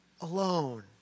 alone